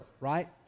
right